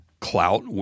Clout